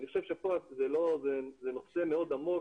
אז אני חושב שזה נושא מאוד עמוק,